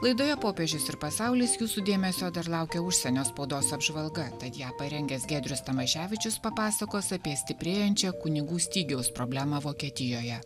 laidoje popiežius ir pasaulis jūsų dėmesio dar laukia užsienio spaudos apžvalga tad ją parengęs giedrius tamaševičius papasakos apie stiprėjančią kunigų stygiaus problemą vokietijoje